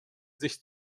sich